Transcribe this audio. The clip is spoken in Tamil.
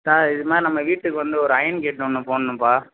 சார் இதுமாதிரி நம்ப வீட்டுக்கு வந்து ஒரு அயன் கேட்டு ஒன்று போடணும்பா